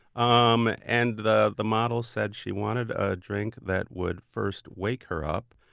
um and the the model said she wanted a drink that would first wake her up,